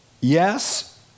Yes